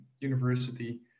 university